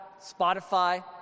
Spotify